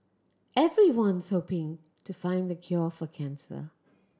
everyone's hoping to find the cure for cancer